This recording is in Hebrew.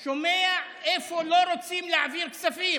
אני שומע לאיפה לא רוצים להעביר כספים: